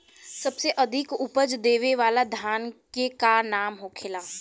सबसे अधिक उपज देवे वाला धान के का नाम होखे ला?